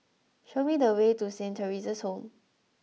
show me the way to Saint Theresa's Home